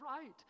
right